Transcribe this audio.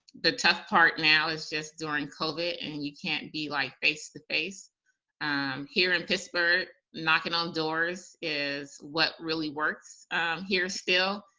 the tough part now is just during covid and you can't be like face-to-face. um here in pittsburgh, knocking on doors is what really works here still.